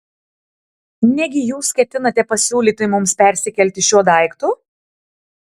negi jūs ketinate pasiūlyti mums persikelti šiuo daiktu